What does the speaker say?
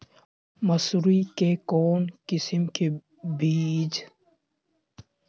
मसूरी के कौन किस्म के बीच ज्यादा उपजाऊ रहो हय?